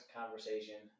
conversation